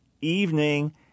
evening